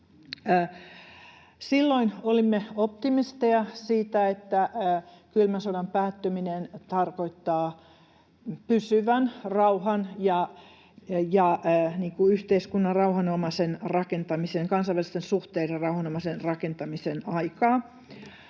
Silloin olimme optimisteja siitä, että kylmän sodan päättyminen tarkoittaa pysyvän rauhan ja yhteiskunnan rauhanomaisen rakentamisen,